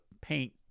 paint